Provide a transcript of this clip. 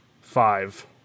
Five